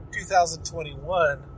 2021